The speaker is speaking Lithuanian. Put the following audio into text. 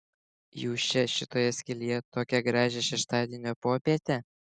jūs čia šitoje skylėje tokią gražią šeštadienio popietę